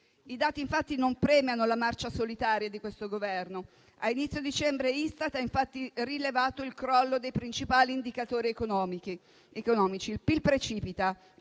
I dati infatti non premiano la marcia solitaria di questo Governo. A inizio dicembre Istat ha rilevato il crollo dei principali indicatori economici: il PIL precipita,